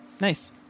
Nice